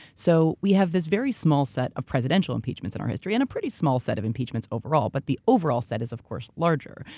so we have this very small set of presidential impeachments in our history and a pretty small set of impeachments overall. but the overall set is of course larger.